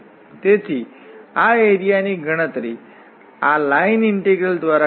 Green's ના થીઓરમનો ઉપયોગ કરીને આ લાઇન ઇન્ટીગ્રલ છે